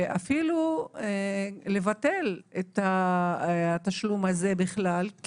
ואפילו לבטל את התשלום הזה בכלל.